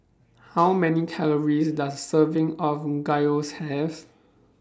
How Many Calories Does A Serving of Gyros Have